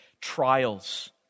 trials